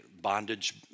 bondage